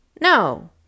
No